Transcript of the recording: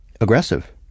aggressive